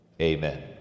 amen